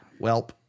Welp